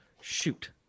Shoot